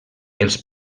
els